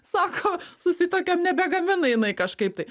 sako susituokėm nebegamina jinai kažkaip tai